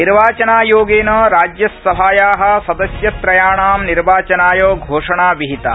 निर्वाचनायोगेन राज्यसभाया सदस्यत्रयाणां निर्वाचनाय घोषणा विहिता